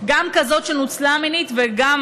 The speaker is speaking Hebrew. גם כזאת שנוצלה מינית וגם,